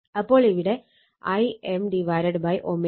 അപ്പോൾ ഇവിടെ Im ω C sin ω t 90°